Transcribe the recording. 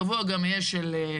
קבוע גם יהיה של,